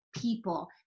people